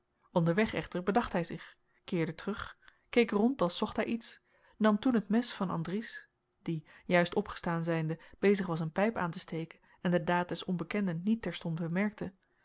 onderweg echter bedacht hij zich keerde terug keek rond als zocht hij iets nam toen het mes van andries die juist opgestaan zijnde bezig was een pijp aan te steken en de daad des onbekenden niet terstond bemerkte